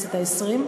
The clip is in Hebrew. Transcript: בכנסת העשרים.